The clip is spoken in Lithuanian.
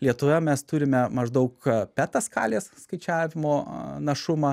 lietuvoje mes turime maždaug peta skalės skaičiavimo našumą